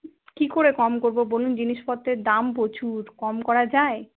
কী করে কম করবো বলুন জিনিসপত্রের দাম প্রচুর কম করা যায়